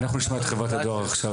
אנחנו נשמע את חברת הדואר עכשיו,